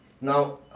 Now